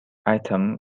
item